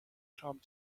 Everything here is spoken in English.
climbed